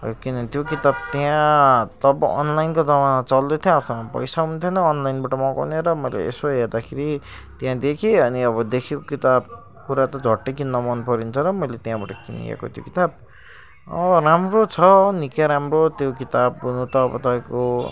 है किनभने त्यो किताब त्यहाँ तब अनलाइनको जमाना चल्दैथ्यो आफ्नोमा पैसा पनि थिएन अनलाइनबाट मगाउने र मैले यसो हेर्दाखेरि त्यहाँ देखेँ अनि अब देखेको किताब कुरा त झट्टै किन्न मनपरिन्छ र मैले त्यहाँबाट किनिएको त्यो किताब राम्रो छ निकै राम्रो त्यो किताब तपाईँ तपाईँको